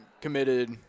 committed